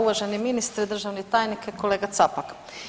Uvaženi ministre, državni tajniče, kolega Capak.